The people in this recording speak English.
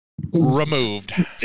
removed